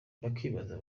bakibaza